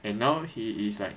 and now he is like